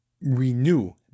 renew